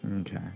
okay